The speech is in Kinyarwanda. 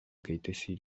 kayitesi